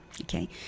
Okay